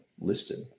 listed